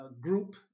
group